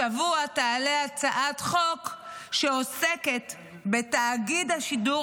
השבוע תעלה הצעת חוק שעוסקת בתאגיד השידור